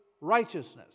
righteousness